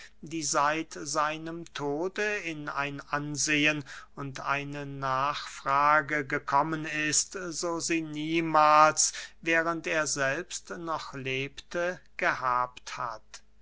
die seit seinem tode in ein ansehen und eine nachfrage gekommen ist so sie niemahls während er selbst noch lebte gehabt hat